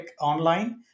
online